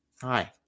Hi